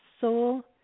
soul